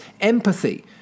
empathy